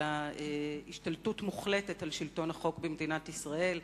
אלא השתלטות מוחלטת על שלטון החוק במדינת ישראל.